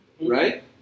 right